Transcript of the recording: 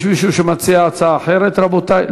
יש מישהו שמציע הצעה אחרת, רבותי?